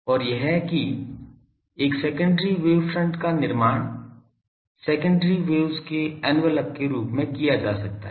और यह कि एक सेकेंडरी वेव फ्रंट का निर्माण सेकेंडरी वेव्स के एनवलप के रूप में किया जा सकता है